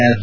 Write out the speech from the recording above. S